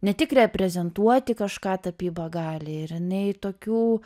ne tik reprezentuoti kažką tapyba gali ir jinai tokių